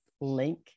link